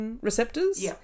receptors